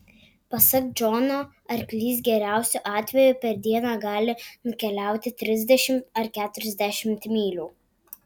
pasak džono arklys geriausiu atveju per dieną gali nukeliauti trisdešimt ar keturiasdešimt mylių